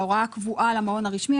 להוראה הקבועה למעון הרשמי,